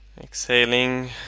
exhaling